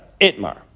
Itmar